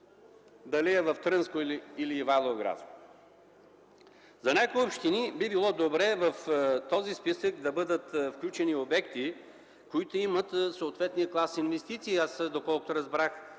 дали е в Трънско или Ивайловградско. За някои общини би било добре в този списък да бъдат включени обекти, които имат съответния клас инвестиции. Аз, доколкото разбрах,